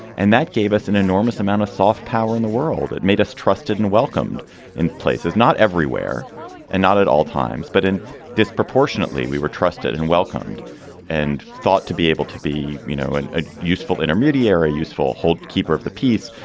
and that gave us an enormous amount of soft power in the world that made us trusted and welcomed in places not everywhere and not at all times, but in disproportionately. we were trusted and welcomed and thought to be able to be, you know, a useful intermediary, a useful hold keeper of the peace.